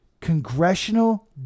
congressional